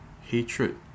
hatred